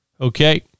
okay